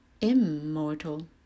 immortal